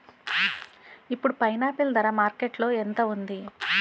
ఇప్పుడు పైనాపిల్ ధర మార్కెట్లో ఎంత ఉంది?